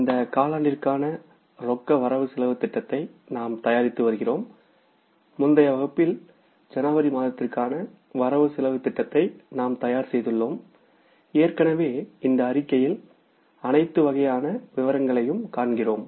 இந்த காலாண்டிற்கான ரொக்க ரொக்க திட்ட பட்டியலை நாம் தயாரித்து வருகிறோம் முந்தைய வகுப்பில் ஜனவரி மாதத்திற்கான வரவு செலவுத் திட்டத்தை நாம் தயார் செய்துள்ளோம் ஏற்கனவே இந்த அறிக்கையில் அனைத்து வகையான விவரங்களையும் காண்கிறோம்